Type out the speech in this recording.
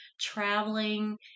traveling